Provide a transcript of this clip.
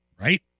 right